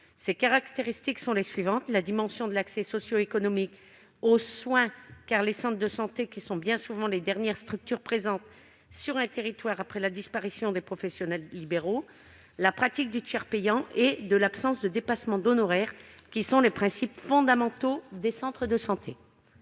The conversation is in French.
fondamentaux, sont les suivantes : la dimension de l'accès socio-économique aux soins, car les centres de santé sont bien souvent les dernières structures présentes sur un territoire après la disparition des professionnels libéraux, la pratique du tiers payant et l'absence de dépassements d'honoraires. Quel est l'avis de la commission